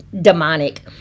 demonic